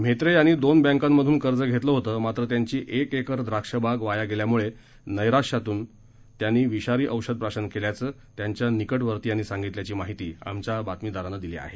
म्हेत्रे यांनी दोन बँकांमधून कर्ज घेतलं होतं मात्र त्यांची एक एकर द्राक्ष बाग वाया गेल्यामुळे नप्पियातून त्याने विषारी औषध प्राशन केल्याचं त्याच्या निकटवर्तीयांनी सांगितल्याची माहिती आमच्या बातमीदारानं दिली आहे